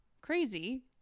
crazy